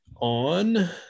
on